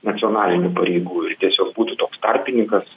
nacionalinių pareigų ir tiesiog būtų toks tarpininkas